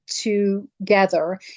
together